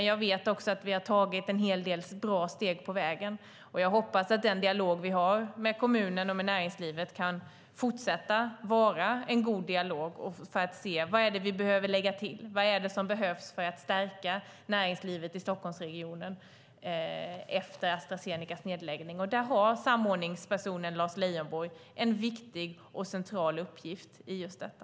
Jag vet dock att vi har tagit en hel del bra steg på vägen, och jag hoppas att den dialog vi har med kommunen och näringslivet kan fortsätta att vara en god dialog för att vi ska kunna se vad det är som behövs för att näringslivet i Stockholmsregionen ska stärkas efter Astra Zenecas nedläggning. Samordningspersonen Lars Leijonborg har en viktig och central uppgift i detta.